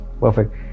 perfect